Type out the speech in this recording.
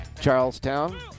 Charlestown